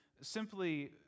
simply